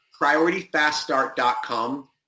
priorityfaststart.com